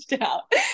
out